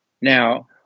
Now